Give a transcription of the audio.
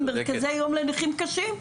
במרכזי יום לנכים קשים.